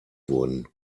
wurden